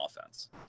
offense